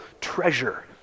treasure